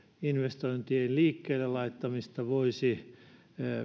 investointien liikkeelle laittamista voisi